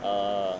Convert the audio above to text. err